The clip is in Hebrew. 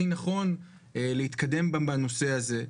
הכי נכון להתקדם בנושא הזה.